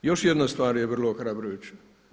Još jedna stvar je vrlo ohrabrujuća.